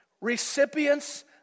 recipients